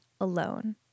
alone